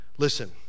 Listen